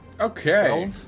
Okay